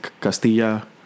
Castilla